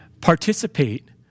participate